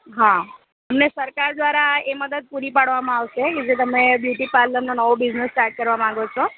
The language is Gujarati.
હા તમને સરકાર દ્વારા એ મદદ પૂરી પાડવામાં આવશે એ રીતે તમે બ્યુટી પાર્લરનો નવો બિઝનેસ સ્ટાર્ટ કરવા માંગો છો